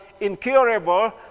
incurable